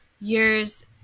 years